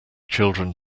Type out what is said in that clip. children